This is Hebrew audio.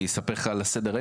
אני אספר לך על סדר-היום,